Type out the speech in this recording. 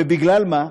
ובגלל מה?